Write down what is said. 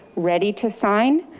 ready to sign.